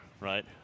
right